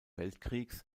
weltkriegs